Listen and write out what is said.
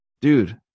Dude